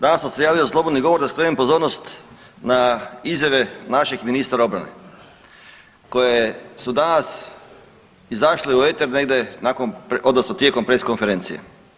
Danas sam se javio za slobodni govor da skrenem pozornost na izjave naših ministara obrane koje su danas izašle u eter negdje nakon, odnosno tijekom press konferencije.